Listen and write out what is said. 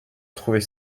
trouvait